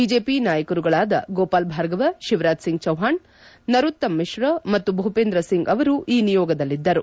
BJP ನಾಯಕರುಗಳಾದ ಗೋಪಾಲ್ ಭಾರ್ಗವ ಶಿವರಾಜ್ ಸಿಂಗ್ ಚೌಹಾಣ್ ನರೋತ್ತಮ್ ಮಿತ್ರ ಮತ್ತು ಭೂಪೇಂದ್ರ ಸಿಂಗ್ ಅವರು ಈ ನಿಯೋಗದಲ್ಲಿದ್ದರು